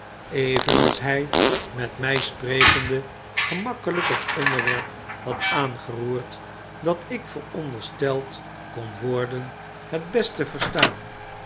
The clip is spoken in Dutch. evenals hy met my sprekende gemakkeiyk hetonderwerp had aangeroerd dat ik verondersteld kon worden het best te verstaan